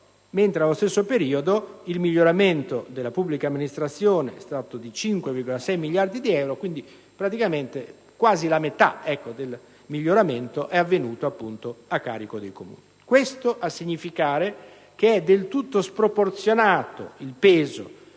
mentre nello stesso periodo il miglioramento della pubblica amministrazione è stato di 5,6 miliardi di euro. Ciò vuol dire che quasi la metà del miglioramento è avvenuto a carico dei Comuni. Questo a significare che è del tutto sproporzionato il peso